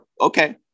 okay